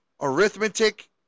Arithmetic